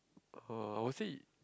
uh I would say